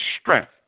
strength